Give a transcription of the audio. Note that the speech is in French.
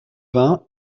vingts